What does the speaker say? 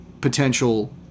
potential